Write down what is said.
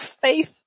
faith